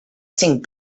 cinc